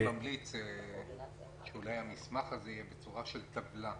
אני ממליץ שאולי המסמך הזה יהיה בצורה של טבלה.